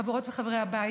חברות וחברי הבית,